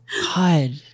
God